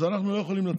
אז אנחנו לא יכולים לתת.